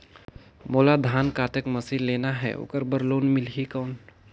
मोला धान कतेक मशीन लेना हे ओकर बार लोन मिलही कौन?